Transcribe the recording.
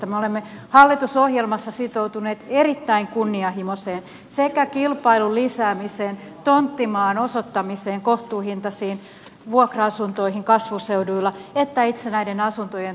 me olemme hallitusohjelmassa sitoutuneet erittäin kunnianhimoisesti sekä kilpailun lisäämiseen tonttimaan osoittamiseen kohtuuhintaisiin vuokra asuntoihin kasvuseuduilla että itse näiden asuntojen tuotantoon